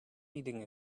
reading